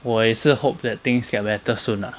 我也是 hope that things get better soon lah